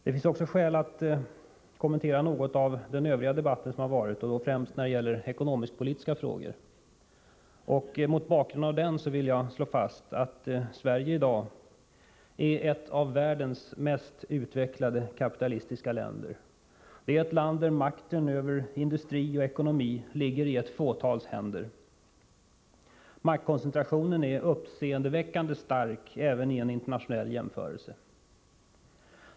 Det finns också skäl att något kommentera den övriga debatten, främst när det gäller ekonomisk-politiska frågor. Mot bakgrund därav vill jag slå fast att Sverige i dag är ett av världens mest utvecklade kapitalistiska länder. Det är ett land där makten över industri och ekonomi ligger i ett fåtals händer. Maktkoncentrationen är uppseendeväckande stark även vid en internationell jämförelse.